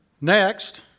Next